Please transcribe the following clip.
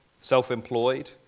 self-employed